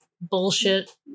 bullshit